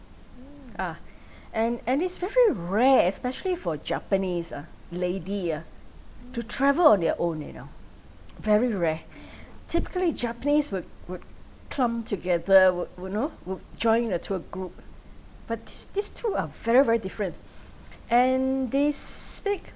ah and and is very rare especially for japanese ah lady ah to travel on their own you know very rare typically japanese would would clump together would would know would join a tour group but this this two are very very different and they speak